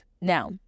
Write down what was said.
Now